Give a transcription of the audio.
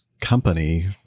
company